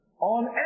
on